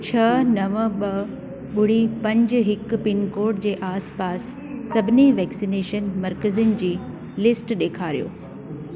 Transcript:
छह नव ॿ ॿुड़ी पंज हिकु पिनकोड जे आसपास सभिनी वैक्सनेशन मर्कज़नि जी लिस्ट ॾेखारियो